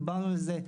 דיברנו על זה.